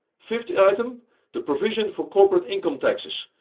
fifth item the provision for corporate income taxes.